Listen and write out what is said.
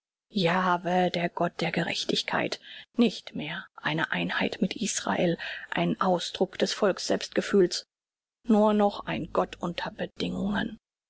javeh der gott der gerechtigkeit nicht mehr eine einheit mit israel ein ausdruck des volks selbstgefühls nur noch ein gott unter bedingungen